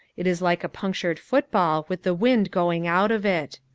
it is like a punctured football with the wind going out of it.